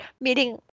meeting